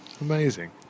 Amazing